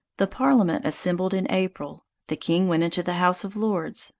the parliament assembled in april. the king went into the house of lords,